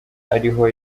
ariho